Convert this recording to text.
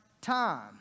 time